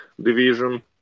division